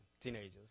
Teenagers